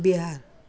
Bihar